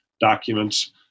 documents